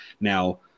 Now